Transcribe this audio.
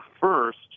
first